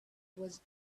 was